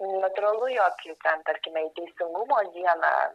natūralu jog jų ten tarkime į teisingumo dieną